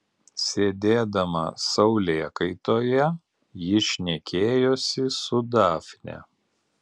sėdėdama saulėkaitoje ji šnekėjosi su dafne